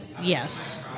Yes